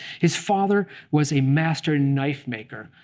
his father was a master knifemaker,